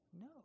No